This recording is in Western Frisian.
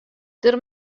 der